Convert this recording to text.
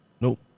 Nope